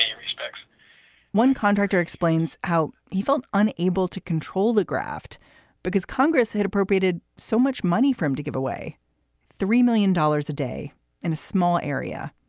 respects one contractor explains how he felt unable to control the graft because congress had appropriated so much money from to give away three million dollars a day in a small area,